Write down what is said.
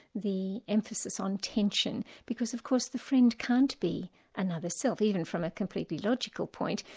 the emphasis on tension because of course the friend can't be another self even from a completely logical point,